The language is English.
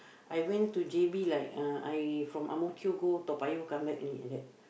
I went to J_B like uh I from Ang-Mo-Kio go Toa-Payoh come back only like that